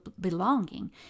belonging